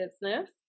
business